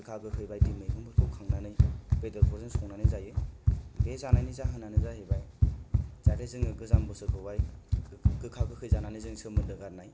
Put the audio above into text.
गोगा गोखै बायदि मैगंफोरखौ खांनानै बेदर फोरजों संनानै जायो बे जानायनि जाहोन आनो जाहैबाय जाहाते जोङो गोजाम बोसोरखौ हाय गोखा गोखै जानानै जोंनो सोमोन्दो गारनाय